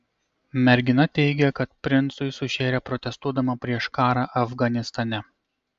mergina teigė kad princui sušėrė protestuodama prieš karą afganistane